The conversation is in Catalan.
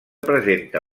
presenta